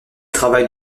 travaille